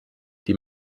die